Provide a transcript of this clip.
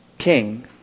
King